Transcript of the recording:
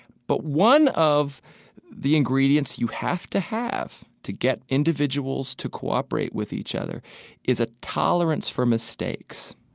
but one of the ingredients you have to have to get individuals to cooperate with each other is a tolerance for mistakes,